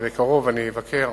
ובקרוב אני אבקר